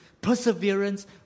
Perseverance